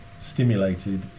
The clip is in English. stimulated